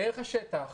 דרך השטח,